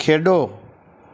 ਖੇਡੋ